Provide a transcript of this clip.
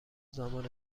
زمان